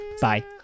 Bye